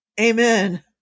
Amen